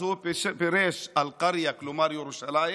הוא פירש את אל-קריה, כלומר ירושלים,